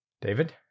David